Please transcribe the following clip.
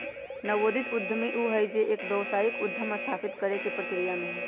नवोदित उद्यमी ऊ हई जो एक व्यावसायिक उद्यम स्थापित करे के प्रक्रिया में हई